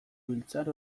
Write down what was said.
biltzar